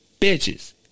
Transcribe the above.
bitches